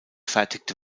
fertigte